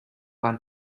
waren